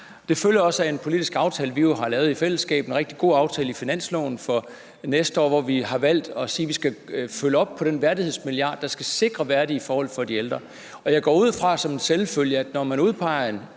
Det følger også af en politisk aftale, vi har lavet i fællesskab. Det er en rigtig god aftale i finansloven for næste år, hvor vi har valgt at sige, at vi skal følge op på den værdighedsmilliard, der skal sikre værdige forhold for de ældre. Jeg går ud fra som en selvfølge, at når man udpeger en